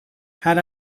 had